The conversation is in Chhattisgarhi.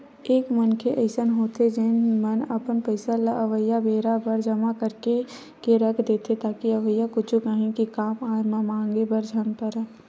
एक मनखे अइसन होथे जेन अपन पइसा ल अवइया बेरा बर जमा करके के रख देथे ताकि अवइया कुछु काही के कामआय म मांगे बर झन परय